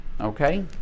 okay